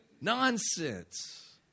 Nonsense